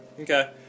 Okay